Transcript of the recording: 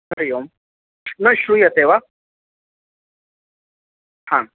हरि ओम् न श्रूयते वा हा